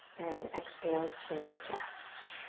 and exhale, chin to chest.